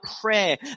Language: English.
prayer